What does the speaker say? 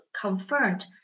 confirmed